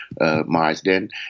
Marsden